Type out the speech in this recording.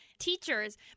teachers